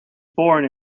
born